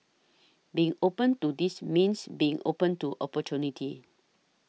being open to this means being open to opportunity